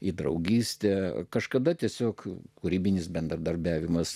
į draugystę kažkada tiesiog kūrybinis bendradarbiavimas